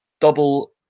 double